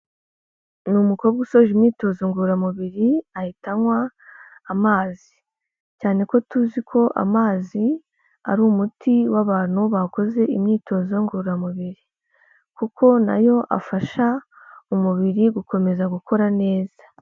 Ni umukobwa usoje imyitozo ngororamubiri, ahita anywa amazi. Cyane ko tuzi ko amazi ari umuti w'abantu bakoze imyitozo ngororamubiri kuko nayo afasha umubiri gukomeza gukora neza.